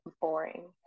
boring